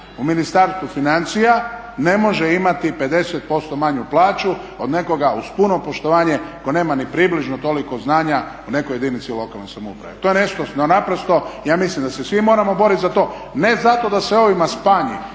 u Ministarstvu financija ne može imati 50% manju plaću od nekoga uz puno poštovanje ko nema ni približno toliko znanja u nekoj jedinici lokalne samouprave. To je nešto što naprosto ja mislim da svi moramo boriti za to ne zato da se ovima smanji,